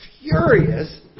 furious